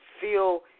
feel